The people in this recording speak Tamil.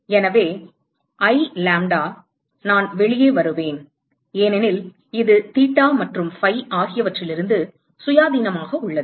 எனவே I லாம்ப்டா நான் வெளியே வருவேன் ஏனெனில் இது தீட்டா மற்றும் ஃபை ஆகியவற்றிலிருந்து சுயாதீனமாக உள்ளது